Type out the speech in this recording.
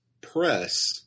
press